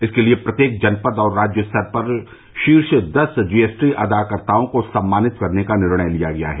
इसके लिए प्रत्येक जनपद और राज्य स्तर पर शीर्ष दस जी एस टी अदाकर्ताओं को सम्मानित करने का निर्णय किया गया है